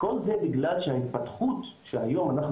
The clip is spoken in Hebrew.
כל זה בגלל שההתפתחות שהיום אנחנו